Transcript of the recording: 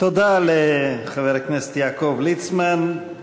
תודה לחבר הכנסת יעקב ליצמן.